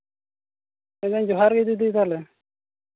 ᱢᱮᱱᱫᱟᱹᱧ ᱡᱚᱸᱦᱟᱨ ᱜᱮ ᱫᱤᱫᱤ ᱛᱟᱦᱚᱞᱮ